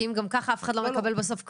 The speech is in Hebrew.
כי אם גם כך אף אחד לא מקבל בסוף כלום,